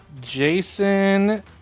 Jason